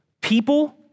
people